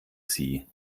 sie